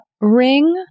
ring